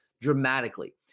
dramatically